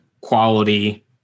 quality